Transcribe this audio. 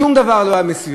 שום דבר לא היה מסביבה.